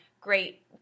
great